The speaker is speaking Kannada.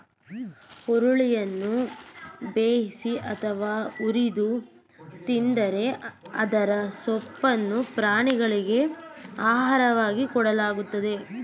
ಹುರುಳಿಯನ್ನ ಬೇಯಿಸಿ ಅಥವಾ ಹುರಿದು ತಿಂತರೆ ಇದರ ಸೊಪ್ಪನ್ನು ಪ್ರಾಣಿಗಳಿಗೆ ಆಹಾರವಾಗಿ ಕೊಡಲಾಗ್ತದೆ